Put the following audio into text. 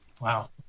Wow